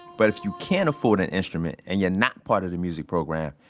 but if you can't afford an instrument and you're not part of the music program,